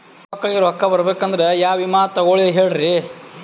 ಮೊಮ್ಮಕ್ಕಳಿಗ ರೊಕ್ಕ ಬರಬೇಕಂದ್ರ ಯಾ ವಿಮಾ ತೊಗೊಳಿ ಹೇಳ್ರಿ?